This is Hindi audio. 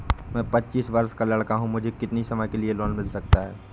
मैं पच्चीस वर्ष का लड़का हूँ मुझे कितनी समय के लिए लोन मिल सकता है?